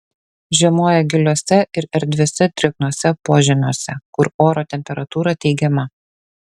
žiemoja giliuose ir erdviuose drėgnuose požymiuose kur oro temperatūra teigiama